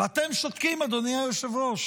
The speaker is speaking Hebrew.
ואתם שותקים, אדוני היושב-ראש.